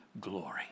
glory